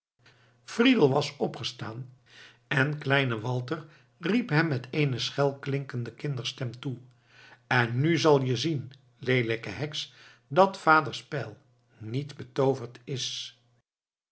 friedel was opgestaan en kleine walter riep hem met eene schelklinkende kinderstem toe en nu zal je zien leelijke heks dat vaders pijl niet betooverd is